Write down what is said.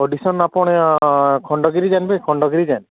audition ଆପଣ ଖଣ୍ଡଗିରି ଯାଣିବେ ଖଣ୍ଡଗିରି ଯାଏ